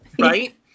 right